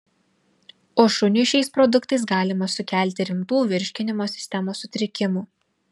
o šuniui šiais produktais galima sukelti rimtų virškinimo sistemos sutrikimų